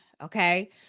okay